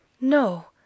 No